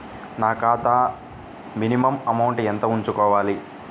నా ఖాతా minimum amount ఎంత ఉంచుకోవాలి?